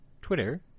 Twitter